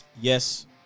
Yes